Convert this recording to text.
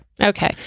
okay